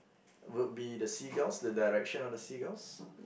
would be the seagulls the direction of the seagulls